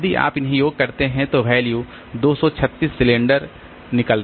यदि आप उन्हें योग करते हैं तो वैल्यू 236 सिलेंडर निकला